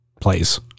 place